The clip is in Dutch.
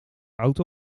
auto